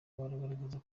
bagaragaza